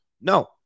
no